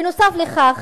בנוסף לכך,